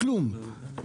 בכלום,